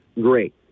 Great